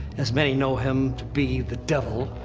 as many know him to be, the devil.